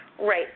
Right